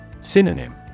Synonym